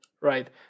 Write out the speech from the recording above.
Right